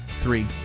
three